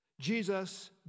Jesus